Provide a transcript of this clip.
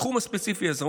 בתחום הספציפי הזה.